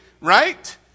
right